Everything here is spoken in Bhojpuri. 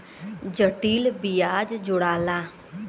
जटिल बियाज जोड़ाला